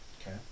okay